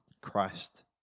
Christ